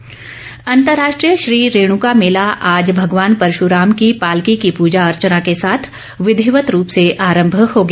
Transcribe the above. रेणुका अंतर्राष्ट्रीय श्री रेणुका मेला आज भगवान परशुराम की पालकी की पूजा अर्चना के साथ विधिवत रूप से आरंभ हो गया